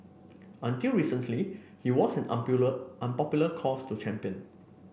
until recently he wasn't an unpopular cause to champion